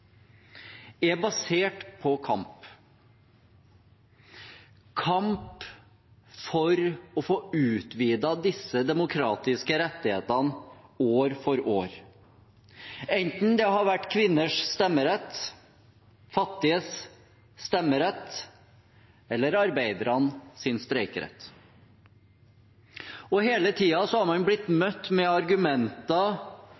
er basert på kamp – kamp for å få utvidet disse demokratiske rettighetene år for år, enten det har vært kvinners stemmerett, fattiges stemmerett eller arbeidernes streikerett. Hele tiden har man blitt